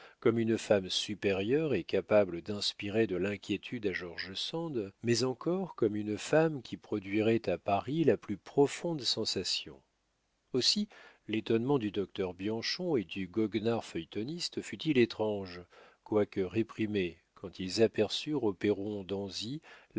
comme une femme supérieure et capable d'inspirer de l'inquiétude à george sand mais encore comme une femme qui produirait à paris la plus profonde sensation aussi l'étonnement du docteur bianchon et du goguenard feuilletoniste fut-il étrange quoique réprimé quand ils aperçurent au perron d'anzy